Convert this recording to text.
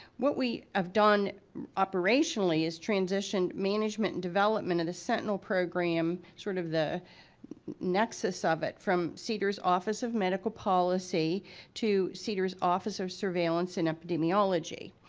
what we have done operationally is transition management and development of the sentinel program, sort of the nexus of it, from cder's office of medical policy to cder's office of surveillance and epidemiology.